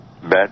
bed